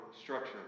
structure